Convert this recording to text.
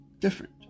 different